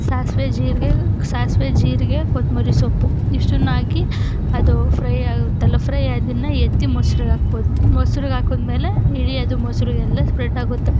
ಸಾಸಿವೆ ಜೀರಿಗೆ ಸಾಸಿವೆ ಜೀರಿಗೆ ಕೊತ್ತಂಬ್ರಿ ಸೊಪ್ಪು ಇಷ್ಟನ್ನೂ ಹಾಕಿ ಅದು ಫ್ರೈ ಆಗುತ್ತಲ್ಲ ಫ್ರೈ ಅದನ್ನು ಎತ್ತಿ ಮೊಸ್ರಿಗೆ ಹಾಕ್ಬೋದು ಮೊಸ್ರಿಗೆ ಹಾಕಿದ್ಮೇಲೆ ಇಡೀ ಅದು ಮೊಸ್ರಿಗೆಲ್ಲ ಸ್ಪ್ರೆಂಡಾಗುತ್ತೆ